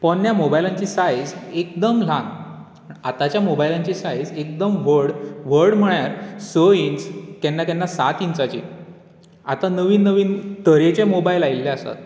पोरण्या मोबायलांची सायज एकदम ल्हान आतांच्या मोबायलांची सायज एकदम व्हड व्हड म्हळ्यार स इंच केन्ना केन्ना सात इंचाची आतां नवीन नवीन तरेचे मोबायल आयिल्ले आसात